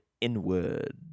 inward